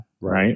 right